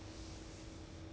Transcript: ah